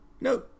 no